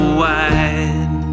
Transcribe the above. wide